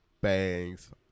Bangs